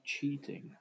cheating